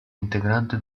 integrante